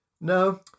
No